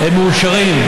הם מאושרים.